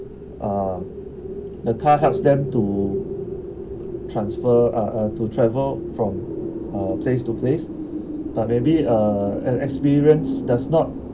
uh a car helps them to transfer uh uh to travel from a place to place but maybe uh an experience does not